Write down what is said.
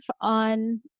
on